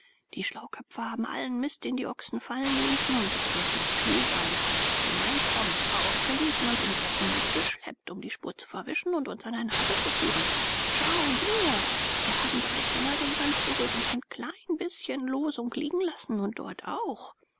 die schlauköpfe haben allen mist den die ochsen fallen ließen und es wird nicht viel sein da nichts hineinkommt aufgelesen und in säcken mitgeschleppt um die spur zu verwischen und uns an der nase zu führen schau her hier haben drei finger den sand berührt und ein klein bißchen losung liegen lassen und dort auch